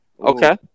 Okay